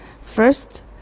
First